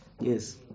Yes